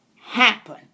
happen